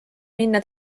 minna